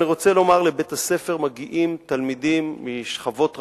אני רוצה לומר שלבית-הספר מגיעים תלמידים משכבות רבות,